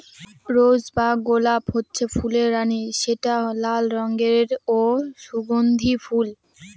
rose বা গলাপ হচ্ছে ফুলের রানী যেটা লাল রঙের ও সুগন্ধি ফুল